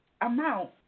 amount